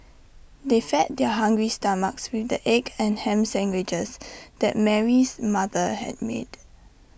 they fed their hungry stomachs with the egg and Ham Sandwiches that Mary's mother had made